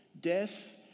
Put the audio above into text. Death